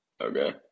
Okay